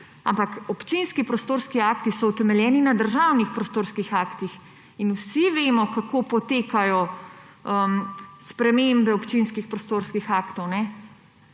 ampak občinski prostorski akti so utemeljeni na državnih prostorskih aktih, in vsi vemo, kako potekajo spremembe občinskih prostorskih aktov,